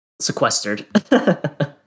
sequestered